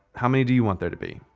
how many do you want there to be?